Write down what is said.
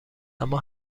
اما